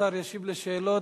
שאילתות לשר הרווחה.